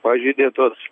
pažeidė tuos